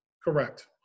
Correct